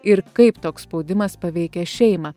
ir kaip toks spaudimas paveikia šeimą